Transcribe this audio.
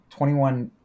21